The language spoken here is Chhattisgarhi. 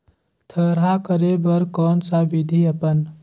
थरहा करे बर कौन सा विधि अपन?